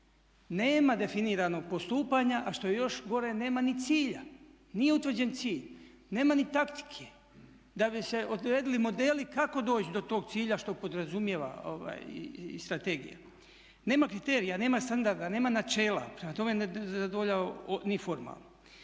Nema definiranog postupanja a što je još gore nema ni cilja, nije utvrđen cilj, nema ni taktike da bi se odredili modeli kako doći do tog cilja što podrazumijeva i strategija. Nema kriterija, nema standarda, nema načela. Prema tome ne zadovoljava ni formalno.